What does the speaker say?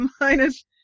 minus